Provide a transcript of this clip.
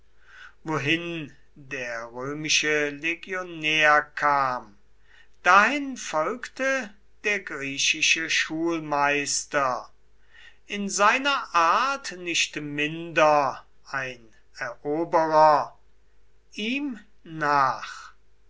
wohin der römische legionär kam dahin folgte der griechische schulmeister in seiner art nicht minder ein eroberer ihm nach